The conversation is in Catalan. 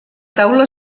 taula